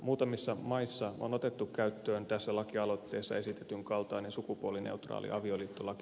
muutamissa maissa on otettu käyttöön tässä lakialoitteessa esitetyn kaltainen sukupuolineutraali avioliittolaki